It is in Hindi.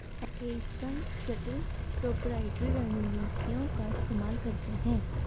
हेज फंड जटिल प्रोपराइटरी रणनीतियों का इस्तेमाल करते हैं